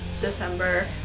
December